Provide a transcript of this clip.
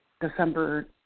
December